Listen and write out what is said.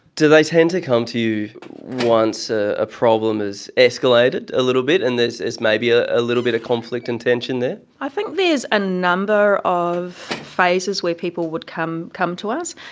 do they tend to come to you once a a problem has escalated a little bit and there's maybe a a little bit of conflict and tension there? i think there's a number of phases where people would come come to us.